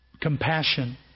Compassion